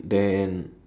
then